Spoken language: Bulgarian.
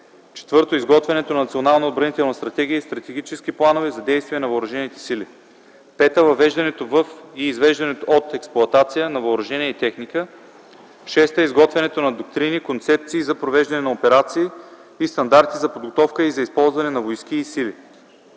ал. 1; 4. изготвянето на национална отбранителна стратегия и стратегически планове за действие на въоръжените сили; 5. въвеждането във и извеждането от експлоатация на въоръжение и техника; 6. изготвянето на доктрини, концепции за провеждане на операции и стандарти за подготовка и за използване на войски и сили;